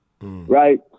right